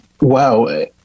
Wow